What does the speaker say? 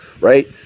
right